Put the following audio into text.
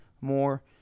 more